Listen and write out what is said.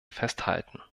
festhalten